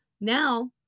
Now